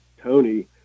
Tony